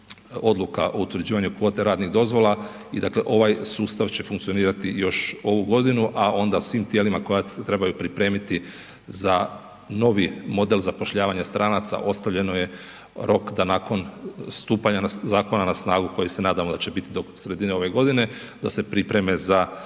odluka o utvrđivanju kvote radnih dozvola i dakle, ovaj sustav će funkcionirati još ovu godinu, a onda svim tijelima koja se trebaju pripremiti za novi model zapošljavanja stranaca, ostavljeno je rok da nakon stupanja na, zakona na snagu koji se nadamo da će bit do sredine ove godine, da se pripreme za